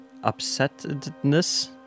upsetness